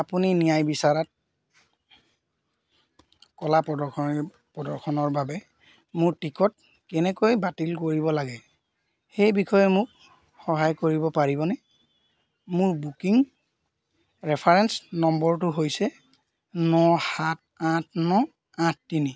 আপুনি ন্যায়বিচাৰত কলা প্ৰদৰ্শনী প্ৰদৰ্শনৰ বাবে মোৰ টিকট কেনেকৈ বাতিল কৰিব লাগে সেই বিষয়ে মোক সহায় কৰিব পাৰিবনে মোৰ বুকিং ৰেফাৰেন্স নম্বৰটো হৈছে ন সাত আঠ ন আঠ তিনি